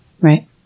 Right